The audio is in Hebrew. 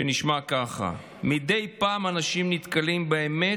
שנשמע ככה: "מדי פעם אנשים נתקלים באמת,